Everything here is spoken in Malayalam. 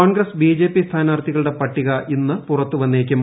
കോൺഗ്രസ് ബിജെപി സ്ഥാനാർത്ഥികളുടെ പട്ടിക ഇന്ന് പുറത്തുവന്നേക്കും